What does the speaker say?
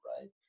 right